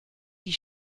die